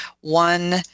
one